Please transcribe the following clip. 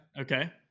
okay